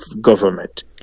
government